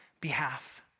behalf